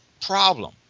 problem